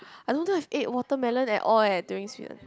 I don't think I ate watermelon at all eh during Sweden